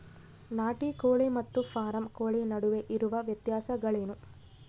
ನಾಟಿ ಕೋಳಿ ಮತ್ತು ಫಾರಂ ಕೋಳಿ ನಡುವೆ ಇರುವ ವ್ಯತ್ಯಾಸಗಳೇನು?